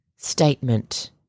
Statement